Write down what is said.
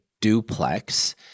duplex